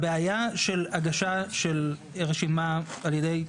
הבעיה של הגשה של רשימה על ידי,